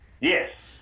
Yes